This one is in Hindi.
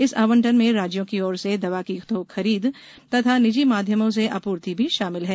इस आवंटन में राज्यों की ओर से दवा की थोक खरीद तथा निजी माध्यमों से आपूर्ति भी शामिल है